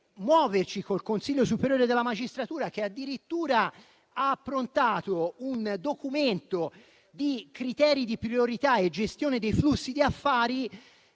muoverci con il Consiglio superiore della magistratura, che addirittura ha approntato un documento su criteri di priorità e gestione dei flussi di affari,